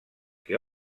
que